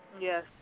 Yes